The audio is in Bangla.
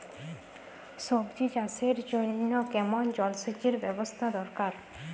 সবজি চাষের জন্য কেমন জলসেচের ব্যাবস্থা দরকার?